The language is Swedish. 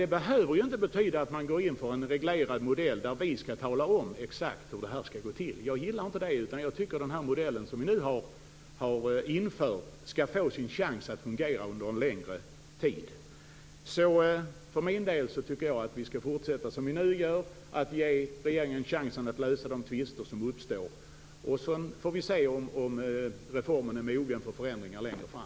Detta behöver dock inte betyda att man går in för en reglerad modell, där vi exakt skall tala om hur det skall gå till. Jag gillar inte det, utan jag tycker att den modell som nu har införts skall få en chans att fungera under en längre tid. För min del tycker jag alltså att vi skall fortsätta på det sätt som vi nu gör. Vi skall ge regeringen chansen att lösa de tvister som uppstår, och sedan får vi se om modellen är mogen för förändringar längre fram.